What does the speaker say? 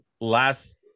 Last